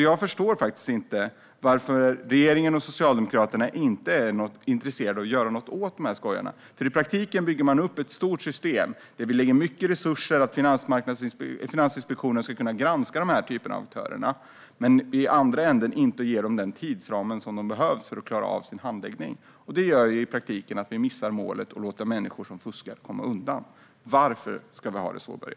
Jag förstår inte varför regeringen och Socialdemokraterna inte är intresserade av att göra något åt dessa skojare. I praktiken bygger man upp ett stort system där man lägger mycket resurser för att Finansinspektionen ska kunna granska den här typen av aktörer, men i andra änden ger man dem inte den tidsram som de behöver för att klara sin handläggning. Det gör att man i praktiken missar målet och låter människor som fuskar komma undan. Varför ska vi ha det så, Börje?